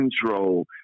control